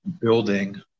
building